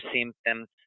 symptoms